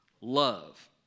love